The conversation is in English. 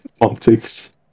Optics